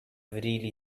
really